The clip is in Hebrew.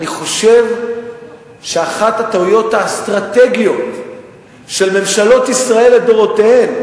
אני חושב שאחת הטעויות האסטרטגיות של ממשלות ישראל לדורותיהן,